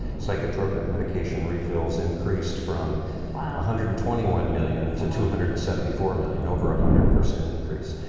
psychotropic medication refills increased from ah hundred and twenty one million to two hundred and seventy four million, over a hundred percent increase,